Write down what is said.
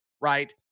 right